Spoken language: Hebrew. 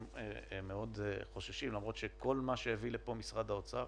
הם מאוד חוששים למרות שכל מה שהביא לפה משרד האוצר